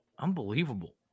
unbelievable